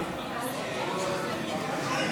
הארכת תוקף),